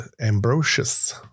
Ambrosius